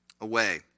away